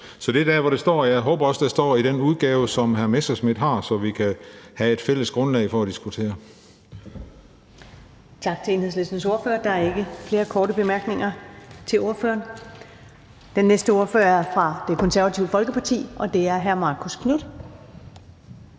Så det er der, hvor det står, og jeg håber også, at det står i den udgave, som hr. Morten Messerschmidt har, så vi kan have et fælles grundlag for at diskutere.